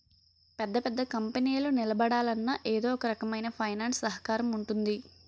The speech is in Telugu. పెద్ద పెద్ద కంపెనీలు నిలబడాలన్నా ఎదో ఒకరకమైన ఫైనాన్స్ సహకారం ఉంటుంది